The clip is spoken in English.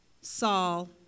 Saul